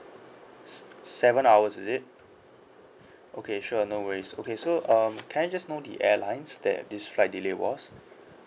s~ seven hours is it okay sure no worries okay so um can I just know the airlines that this flight delay was